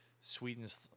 Sweden's